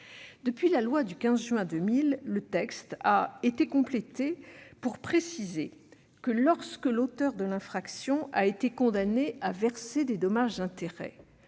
Depuis la loi précitée du 15 juin 2000, le texte a été complété pour préciser que, lorsque l'auteur de l'infraction a été condamné à verser des dommages et intérêts,